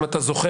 אם אתה זוכר,